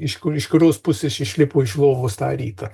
iš kur iš kurios pusės išlipo iš lovos tą rytą